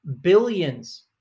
billions